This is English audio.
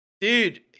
dude